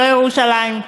לא ירושלים,